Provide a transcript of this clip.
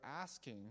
asking